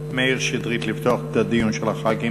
מאיר שטרית לפתוח את הדיון של חברי הכנסת.